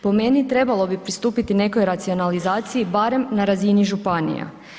Po meni trebalo bi pristupiti nekoj racionalizaciji barem na razini županija.